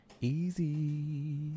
easy